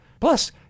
Plus